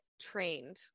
trained